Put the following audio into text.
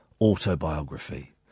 autobiography